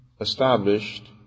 established